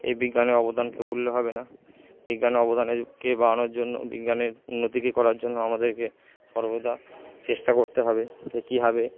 এই বিজ্ঞানের অবদানকে ভুললে হবে না বিজ্ঞানের অবদানকেই বাড়ানোর জন্য বিজ্ঞানের উন্নতিকে করার জন্য আমাদেরকে সর্বদা চেষ্টা করতে হবে কীভাবে